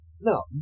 No